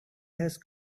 had